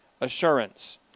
assurance